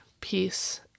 peace